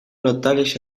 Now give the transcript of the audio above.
notables